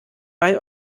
bei